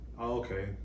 okay